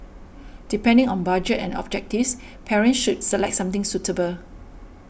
depending on budget and objectives parents should select something suitable